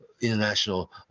international